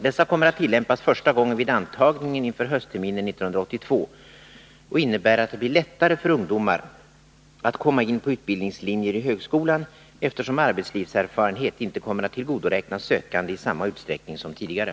Dessa kommer att tillämpas första gången vid antagningen inför höstterminen 1982 och innebär att det blir lättare för ungdomar att komma in på utbildningslinjer i högskolan, eftersom arbetslivserfarenhet inte kommer att tillgodoräknas sökande i samma utsträckning som tidigare.